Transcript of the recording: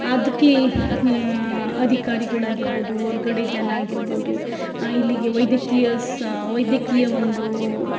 ಅದ್ಕೆ ಅಧಿಕಾರಿಗಳ್ ಆಗಿರ್ಬೋದು ಹೊರ್ಗಡೆ ಜನ ಆಗಿರ್ಬೋದು ಇಲ್ಲಿಗೆ ವೈದ್ಯಕೀಯ ಸ ವೈದ್ಯಕೀಯ ಒಂದು